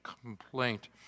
complaint